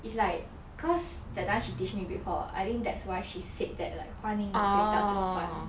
it's like cause that does she teach me before I think that's why she said that like funny or